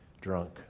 drunk